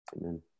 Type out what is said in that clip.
Amen